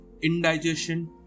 indigestion